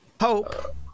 Hope